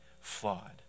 flawed